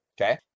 okay